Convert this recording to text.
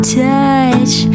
touch